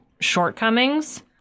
shortcomings